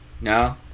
No